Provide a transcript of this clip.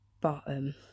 bottom